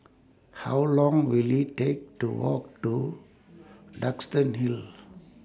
How Long Will IT Take to Walk to Duxton Hill